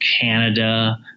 Canada